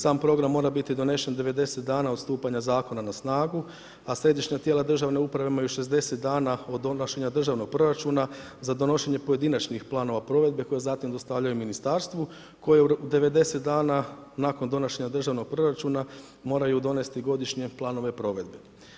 Sam program mora biti donošen 90 dana od stupanja Zakona na snagu, a središnja tijela državne uprave imaju 60 dana od donošenja državnog proračuna za donošenje pojedinačnih planova provedbe koje zatim dostavljaju Ministarstvu koje u roku 90 dana nakon donošenja državnog proračuna moraju donesti godišnje planove provedbe.